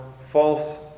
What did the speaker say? false